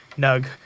Nug